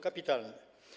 Kapitalne.